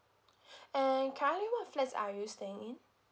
and currently what flats are you staying in